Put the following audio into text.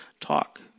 talk